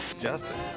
Justin